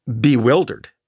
bewildered